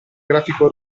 grafico